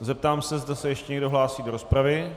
Zeptám se, zda se ještě někdo hlásí do rozpravy.